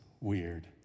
weird